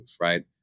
right